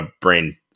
brain